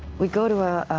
we go to, ah